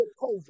COVID